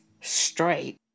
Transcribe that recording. straight